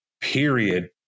period